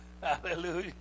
hallelujah